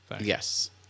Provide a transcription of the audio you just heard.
Yes